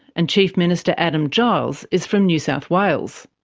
and chief minister adam giles is from new south wales.